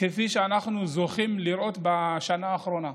כפי שאנחנו זוכים לראות בשנה האחרונה,